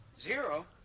Zero